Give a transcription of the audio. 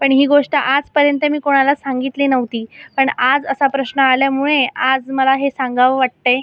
पण ही गोष्ट आजपर्यंत मी कोणाला सांगितली नव्हती पण आज असा प्रश्न आल्यामुळे आज मला हे सांगावं वाटतंय